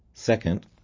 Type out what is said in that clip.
Second